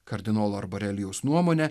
kardinolo arborelijaus nuomone